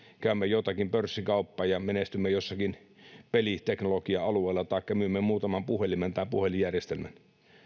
käymme jotakin pörssikauppaa ja menestymme jossakin peliteknologian alueella taikka myymme muutaman puhelimen tai puhelinjärjestelmän